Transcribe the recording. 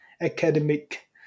academic